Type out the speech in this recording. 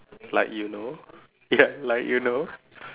like you know ya like you know